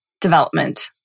development